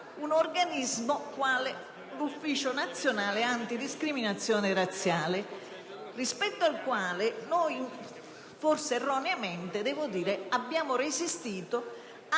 un organismo quale l'Ufficio nazionale antidiscriminazione razziale (UNAR), rispetto al quale noi - forse erroneamente - abbiamo resistito